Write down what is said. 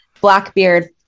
Blackbeard